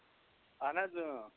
اَہن حظ اۭں